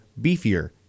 beefier